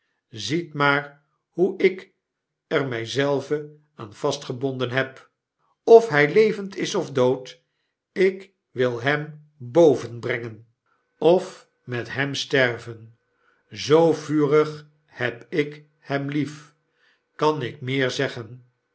ziet maar hoe ik er my zelve aan vastgebonden heb of hy levend is of dood ik wil hem boven brengen of met hem sterven zoo vurig heb ik hem lief kan ik meer zeggen